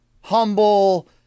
humble